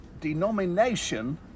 denomination